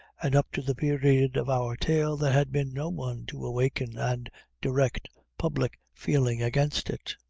and up to the period of our tale, there had been no one to awaken and direct public feeling against it.